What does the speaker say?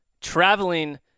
traveling